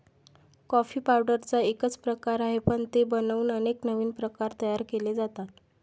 coffee पावडरचा एकच प्रकार आहे, पण ते बनवून अनेक नवीन प्रकार तयार केले जातात